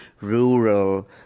rural